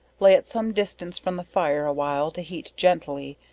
lay it some distance from the fire a while to heat gently,